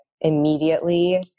immediately